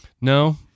No